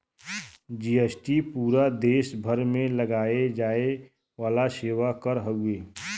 GST पूरा देस भर में लगाये जाये वाला सेवा कर हउवे